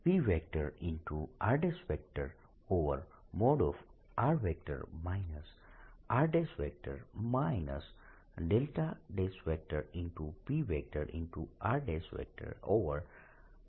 p r|r r|